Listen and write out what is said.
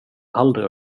aldrig